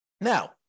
Now